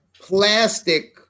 plastic